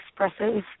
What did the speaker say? expressive